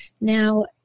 Now